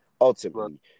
ultimately